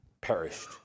perished